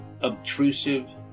obtrusive